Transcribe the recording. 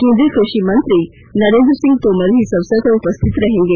केंद्रीय क्रषि मंत्री नरेन्द्र सिंह तोमर भी इस अवसर पर उपस्थित रहेंगे